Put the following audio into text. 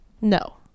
No